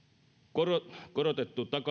korotettu korotettu